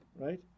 right